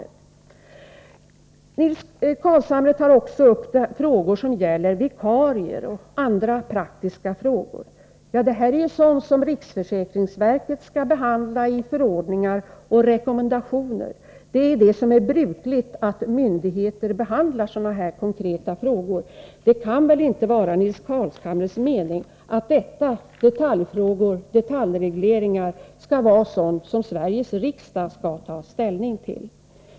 Nils Carlshamre tar också upp frågor om vikarier och andra praktiska frågor. Det är sådant som riksförsäkringsverket skall behandla i förordningar och rekommendationer. Det är brukligt att myndigheter behandlar sådana här konkreta frågor. Det kan väl inte vara Nils Carlshamres mening att detaljfrågor och detaljregleringar är sådant som Sveriges riksdag skall ta ställning till.